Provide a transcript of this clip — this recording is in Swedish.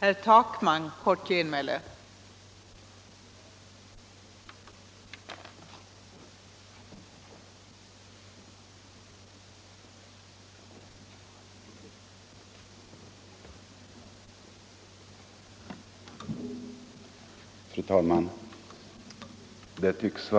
men det är det alltså inte.